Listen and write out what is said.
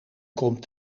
komt